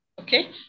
Okay